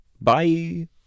Bye